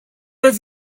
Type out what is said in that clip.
have